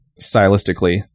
stylistically